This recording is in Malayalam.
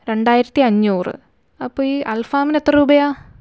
രണ്ടായിരത്തി അഞ്ഞൂറ് അപ്പോൾ ഈ അല്ഫാമിന് എത്ര രൂപയാണ്